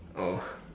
oh